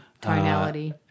Tonality